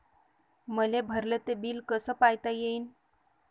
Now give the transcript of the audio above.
मले भरल ते बिल कस पायता येईन?